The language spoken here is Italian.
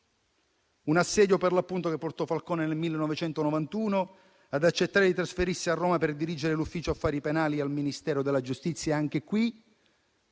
Un assedio che portò Falcone nel 1991 ad accettare di trasferirsi a Roma per dirigere l'Ufficio affari penali al Ministero della giustizia. Anche qui